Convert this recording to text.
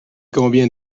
combien